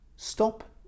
Stop